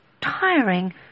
tiring